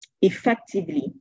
effectively